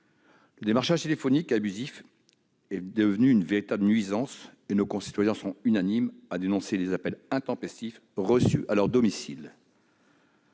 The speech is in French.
Le démarchage téléphonique abusif est devenu une véritable nuisance, et nos concitoyens sont unanimes à dénoncer les appels intempestifs reçus à leur domicile.